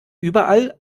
überall